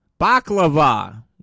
Baklava